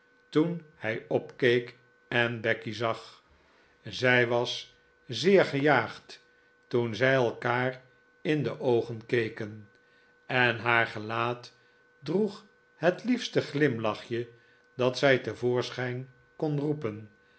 toen hij opkeek en becky zag zij was zeer gejaagd toen zij elkaar in de oogen keken en haar gelaat droeg het liefste glimlachje dat zij te voorschijn kon roepen